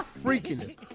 freakiness